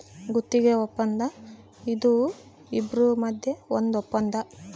ಗುತ್ತಿಗೆ ವಪ್ಪಂದ ಇದು ಇಬ್ರು ಮದ್ಯ ಒಂದ್ ವಪ್ಪಂದ